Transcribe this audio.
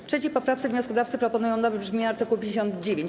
W 3. poprawce wnioskodawcy proponują nowe brzmienie art. 59.